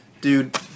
dude